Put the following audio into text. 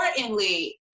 importantly